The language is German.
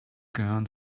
gehören